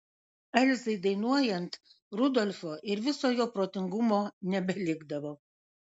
elzai dainuojant rudolfo ir viso jo protingumo nebelikdavo